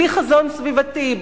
בלי חזון סביבתי,